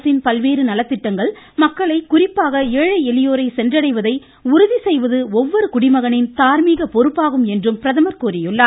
அரசின் பல்வேறு நலத்திட்டங்கள் மக்களை குறிப்பாக ஏழை எளியவர்களை சென்றடைவதை உறுதிசெய்வது ஒவ்வொரு குடிமகனின் தார்மீக பொறுப்பாகும் என்றும் பிரதமர் கூறியுள்ளார்